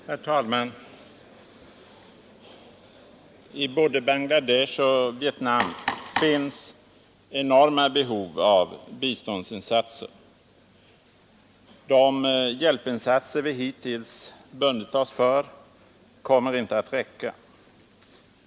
Herr talman! I både Bangladesh och Vietnam finns enorma behov av biståndsinsatser. De hjälpinsatser vi hittills bundit oss för kommer inte att räcka.